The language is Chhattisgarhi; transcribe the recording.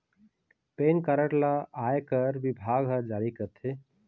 पेनकारड ल आयकर बिभाग ह जारी करथे